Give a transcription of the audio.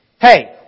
Hey